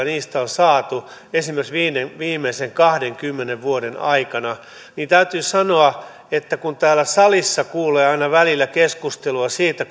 niistä on saatu esimerkiksi viimeisen kahdenkymmenen vuoden aikana täytyy sanoa että kun täällä salissa kuulee aina välillä keskustelua siitä